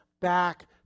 back